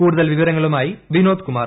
കൂടുതൽ വിവരങ്ങളുമായി വിനോദ് കുമാർ